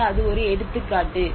எனவே அது ஒரு எடுத்துக்காட்டு